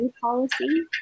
policy